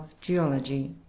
geology